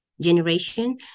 generation